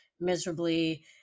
miserably